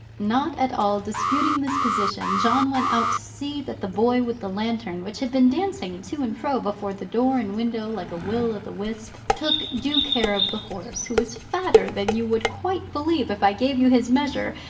not at all disputing this position, john went out to see that the boy with the lantern, which had been dancing to and fro before the door and window, like a will of the wisp, took due care of the horse who was fatter than you would quite believe, if i gave you his measure,